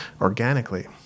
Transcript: organically